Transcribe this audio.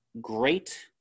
great